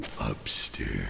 upstairs